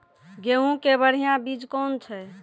गेहूँ के बढ़िया बीज कौन छ?